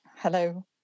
Hello